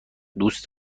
دوست